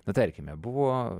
na tarkime buvo